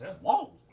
Whoa